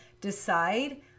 decide